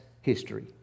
history